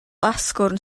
asgwrn